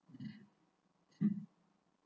um